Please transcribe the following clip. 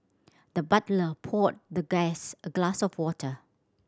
the butler poured the guest a glass of water